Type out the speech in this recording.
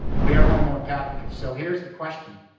we are homo-empathic, so here's the question.